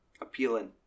appealing